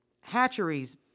hatcheries